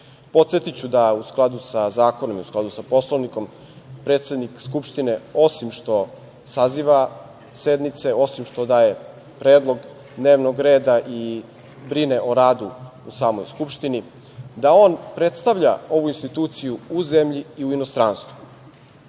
poslanici. Podsetiću da u skladu sa zakonom i u skladu sa Poslovnikom, predsednik Skupštine osim što saziva sednice, osim što daje predlog dnevnog reda i brine o radu u samoj Skupštini, da on predstavlja ovu instituciju u zemlji i u inostranstvu.